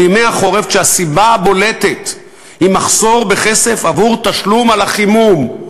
כשהסיבה הבולטת לכך היא מחסור בכסף עבור תשלום על החימום,